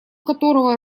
которого